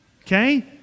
okay